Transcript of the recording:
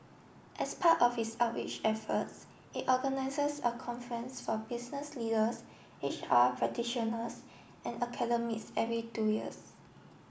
as part of its outreach efforts it organises a conference for business leaders H R practitioners and academics every two years